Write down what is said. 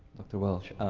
dr. welsh,